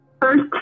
first